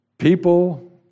People